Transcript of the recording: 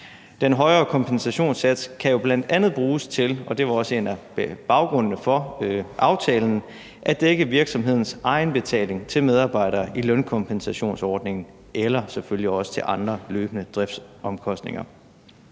Den højere kompensationssats kan jo bl.a. bruges til – og det var også en af baggrundene for aftalen – at dække virksomhedens egenbetaling til medarbejdere i lønkompensationsordningen eller selvfølgelig også til andre løbende driftsomkostninger.